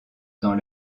dans